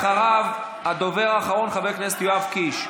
ואחריו, הדובר האחרון חבר הכנסת יואב קיש.